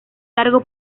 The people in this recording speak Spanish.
largo